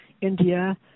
India